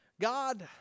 God